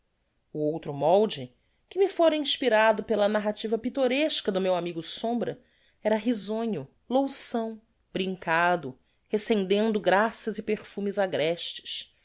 o outro molde que me fôra inspirado pela narrativa pittoresca do meu amigo sombra era risonho loução brincado recendendo graças e perfumes agrestes